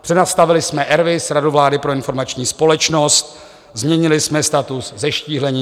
Přenastavili jsme RVIS Radu vlády pro informační společnost, změnili jsme status, zeštíhlení.